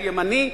הימני,